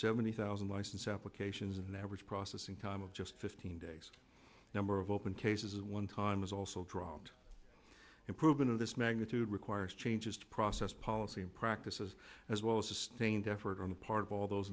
seventy thousand license applications an average processing time of just fifteen days number of open cases one time was also dropped and proven of this magnitude requires changes to process policy and practices as well as sustained effort on the part of all those